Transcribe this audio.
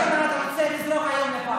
75 שנה אתה רוצה לזרוק היום לפח.